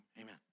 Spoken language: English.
amen